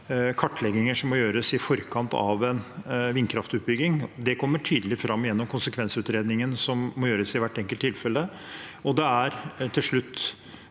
kartlegginger som må gjøres i forkant av en vindkraftutbygging. Det kommer tydelig fram gjennom konsekvensutredningen som må gjøres i hvert enkelt tilfelle.